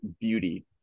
Beauty